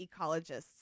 ecologists